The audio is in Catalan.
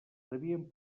devien